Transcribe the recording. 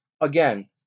again